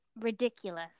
ridiculous